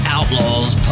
Outlaws